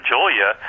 Julia